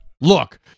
Look